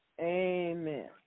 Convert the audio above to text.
Amen